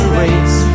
race